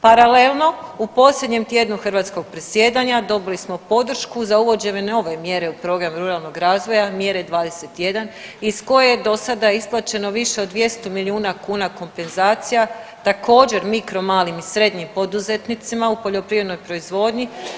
Paralelno u posljednjem tjednu hrvatskog predsjedanja, dobili smo podršku za uvođenje nove mjere u program ruralnog razvoja, Mjere 21, iz koje je do sada isplaćeno više od 200 milijuna kuna kompenzacija, također, mikro, malim i srednjim poduzetnicima u poljoprivrednoj proizvodnji.